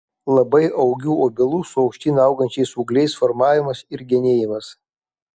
labai augių obelų su aukštyn augančiais ūgliais formavimas ir genėjimas